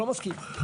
לא מסכים.